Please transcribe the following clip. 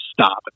stop